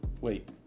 wait